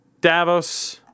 Davos